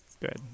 good